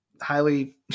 highly